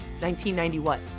1991